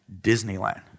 Disneyland